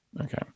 Okay